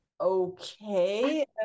okay